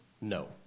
No